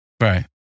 Right